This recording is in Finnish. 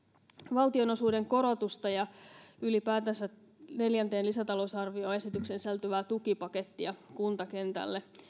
valtionosuuden korotusta ja pitää ylipäätänsä neljänteen lisätalousarvioesitykseen sisältyvää tukipakettia kuntakentälle